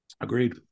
Agreed